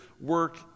work